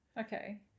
Okay